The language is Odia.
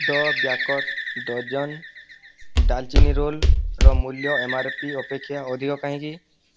ଦ ବ୍ୟାକର୍ସ ଡଜନ୍ ଡାଲଚିନି ରୋଲ୍ର ମୂଲ୍ୟ ଏମ୍ ଆର୍ ପି ଅପେକ୍ଷା ଅଧିକ କାହିଁକି